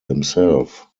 himself